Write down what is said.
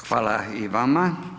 Hvala i vama.